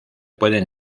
pueden